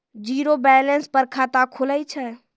Zero balance पर खाता खुले छै?